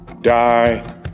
die